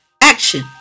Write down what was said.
action